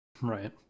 Right